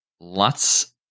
lots